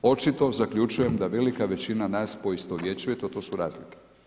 Očito zaključujem da velika većina nas poistovjećuje to, to su razlike.